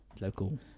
Local